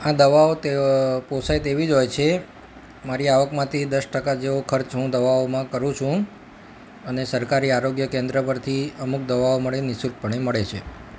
આ દવાઓ તે પોસાય તેવી જ હોય છે મારી આવકમાંથી દસ ટકા જેવો ખર્ચ હું દવાઓમાં કરું છું અને સરકારી આરોગ્ય કેન્દ્ર પરથી અમુક દવાઓ મળે નિઃશુલ્કપણે મળે છે